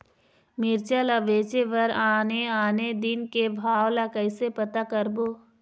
मिरचा ला बेचे बर आने आने दिन के भाव ला कइसे पता करबो?